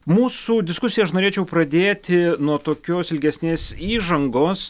mūsų diskusiją aš norėčiau pradėti nuo tokios ilgesnės įžangos